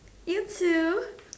you too